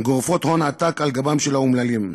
גורפים הון עתק על גבם של האומללים.